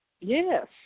yes